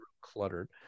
cluttered